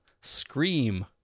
Scream